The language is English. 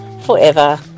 forever